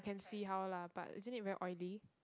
see how lah but isn't it very oily